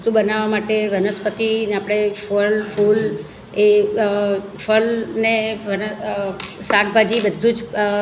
વસ્તુ બનાવવા માટે વનસ્પતિને આપણે ફળ ફૂલ એ ફળને શાકભાજી બધું જ